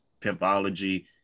pimpology